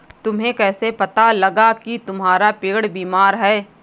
तुम्हें कैसे पता लगा की तुम्हारा पेड़ बीमार है?